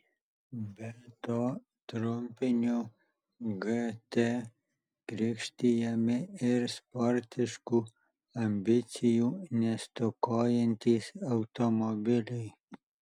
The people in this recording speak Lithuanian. be to trumpiniu gt krikštijami ir sportiškų ambicijų nestokojantys automobiliai